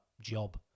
job